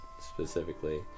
specifically